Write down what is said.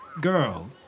girl